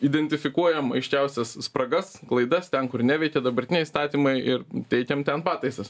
identifikuojam aiškiausias spragas klaidas ten kur neveikia dabartiniai įstatymai ir teikiam ten pataisas